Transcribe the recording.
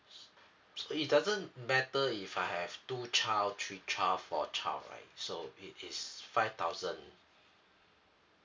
so so it doesn't matter if I have two child three child four child right so it is five thousand